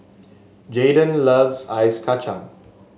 Jaden loves Ice Kachang